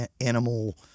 animal